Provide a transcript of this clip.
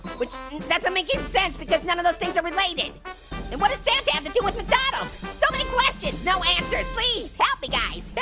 which doesn't make any sense because none of those things are related and what does santa have to do with mcdonald's? so many questions, no answers. please help me guys, but